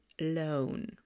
alone